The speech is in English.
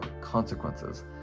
consequences